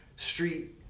street